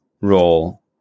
role